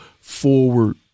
forward